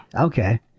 okay